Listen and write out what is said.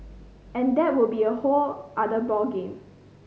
and that will be a whole other ball game